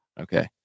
Okay